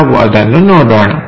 ನಾವು ಅದನ್ನು ನೋಡೋಣ